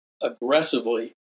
aggressively